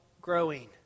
growing